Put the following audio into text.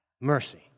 mercy